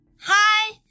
Hi